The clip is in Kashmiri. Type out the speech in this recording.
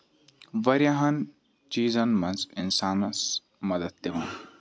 واریاہَن چیٖزَن منٛز اِنسانَس مدد دِوان